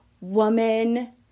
woman